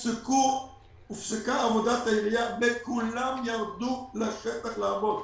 הופסקה עבודת העירייה וכולם ירדו לשטח לעבוד,